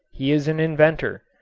he is an inventor.